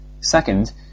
Second